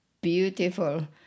beautiful